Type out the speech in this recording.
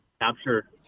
Capture